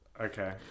Okay